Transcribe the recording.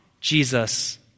Jesus